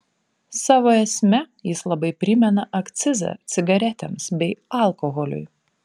savo esme jis labai primena akcizą cigaretėms bei alkoholiui